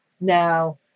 now